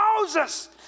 Moses